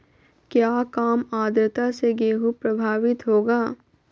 क्या काम आद्रता से गेहु प्रभाभीत होगा?